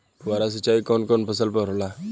फुहार सिंचाई कवन कवन फ़सल पर होला?